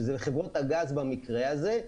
שזה חברות הגז במקרה הזה,